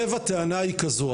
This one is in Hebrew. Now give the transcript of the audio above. לב הטענה היא כזו,